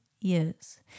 years